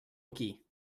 aquí